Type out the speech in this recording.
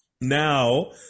Now